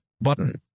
button